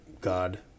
God